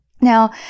Now